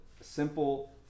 simple